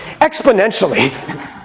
exponentially